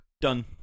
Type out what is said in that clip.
Done